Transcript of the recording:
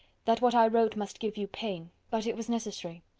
that what i wrote must give you pain, but it was necessary.